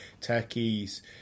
Turkey's